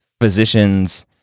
physicians